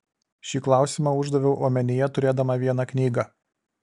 šį klausimą uždaviau omenyje turėdama vieną knygą